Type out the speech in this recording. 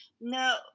No